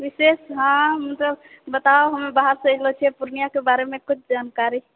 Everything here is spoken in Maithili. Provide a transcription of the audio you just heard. विशेष हँ मतलब बताउ हम बाहसँ आयले छियै पूर्णियाके बारे मे कुछ जानकारी